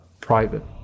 private